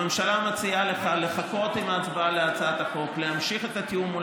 הממשלה מציעה לך לחכות עם ההצבעה על הצעת החוק ולהמשיך את התיאום מול